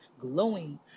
glowing